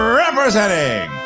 representing